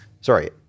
sorry